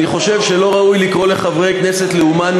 אני חושב שלא ראוי לקרוא לחברי כנסת לאומן,